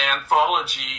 anthology